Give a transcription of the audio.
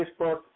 Facebook